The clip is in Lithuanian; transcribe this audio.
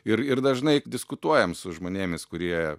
ir ir dažnai diskutuojam su žmonėmis kurie